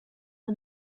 and